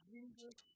Jesus